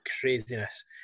craziness